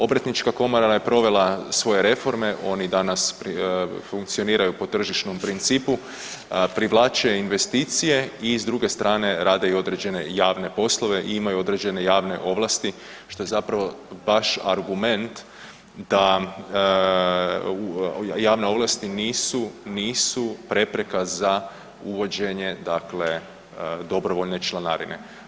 Obrtnička komora ona je provela svoje reforme, oni danas funkcioniraju po tržišnom principu, privlače investicije i s druge strane rade i određene javne poslove i imaju određene javne ovlasti što je zapravo baš argument da javne ovlasti nisu, nisu prepreka za uvođenje dakle dobrovoljne članarine.